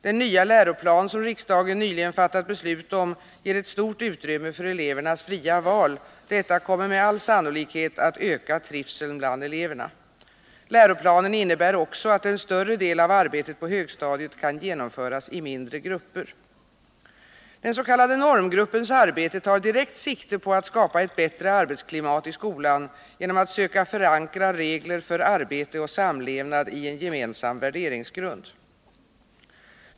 Den nya läroplan som riksdagen nyligen fattat beslut om ger ett stort utrymme för elevernas fria val. Detta kommer med all sannolikhet att öka trivseln bland eleverna. Läroplanen innebär också att en större del av arbetet på högstadiet kan genomföras i mindre grupper. Den s.k. normgruppens arbete tar direkt sikte på att skapa ett bättre arbetsklimat i skolan genom att söka förankra regler för arbete och samlevnad i en gemensam värderingsgrund.